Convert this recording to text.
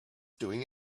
doing